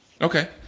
Okay